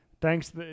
thanks